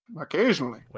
occasionally